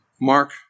Mark